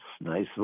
nice